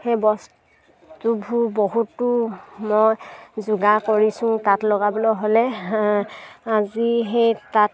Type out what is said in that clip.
সেই বস্তুবোৰ বহুতো মই যোগাৰ কৰিছোঁ তাঁত লগাবলৈ হ'লে আজি সেই তাঁত